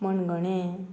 मणगणें